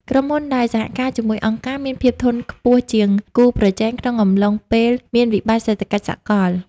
ក្រុមហ៊ុនដែលសហការជាមួយអង្គការ មានភាពធន់ខ្ពស់ជាងគូប្រជែងក្នុងកំឡុងពេលមានវិបត្តិសេដ្ឋកិច្ចសកល។